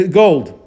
gold